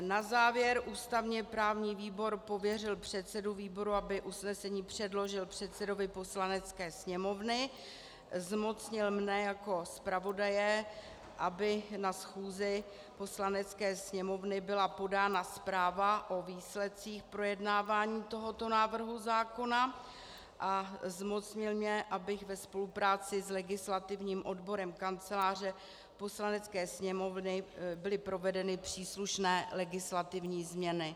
Na závěr ústavněprávní výbor pověřil předsedu výboru, aby usnesení předložil předsedovi Poslanecké sněmovny, zmocnil mě jako zpravodaje, aby na schůzi Poslanecké sněmovny byla podána zpráva o výsledcích projednávání tohoto návrhu zákona, a zmocnil mě, aby ve spolupráci s legislativním odborem Kanceláře Poslanecké sněmovny byly provedeny příslušné legislativní změny.